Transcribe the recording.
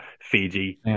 fiji